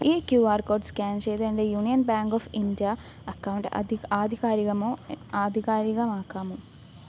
ഈ Q R code scan ചെയ്ത് എന്റെ Union Bank of India account ആധികാരികമാക്കാമോ